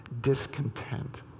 discontent